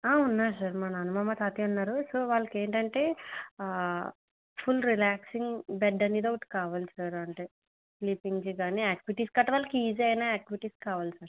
ఉన్నారు సార్ మా నానమ్మ మా తాతయ్య ఉన్నారు సో వాళ్ళకు ఏంటి అంటే ఫుల్ రిలాక్సింగ్ బెడ్ అనేది ఒకటి కావాలి సార్ అంటే స్లీపింగ్కి కానీ ఆక్టివిటీస్ గట్ట వాళ్ళకి ఈజీ అయిన ఆక్టివిటీస్ కావాలి సార్